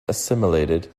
assimilated